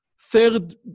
third